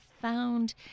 found